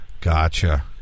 Gotcha